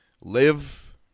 live